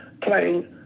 playing